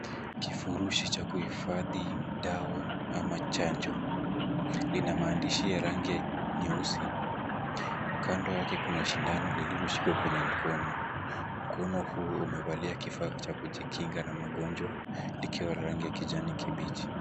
Kifurushi cha kuhifadhi dawa ama chanjo lina maandishi ya rangi nyeusi, kando yake kuna shindano lililoshikwa kwenye mkono. Mkono huu umevalia kifaa cha kujikinga na magonjwa likiwa na rangi ya kijani kibichi.